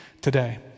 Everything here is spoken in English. today